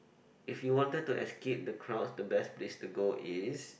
if you wanted to escape the crowds the best place to go is